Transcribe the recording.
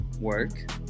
work